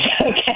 Okay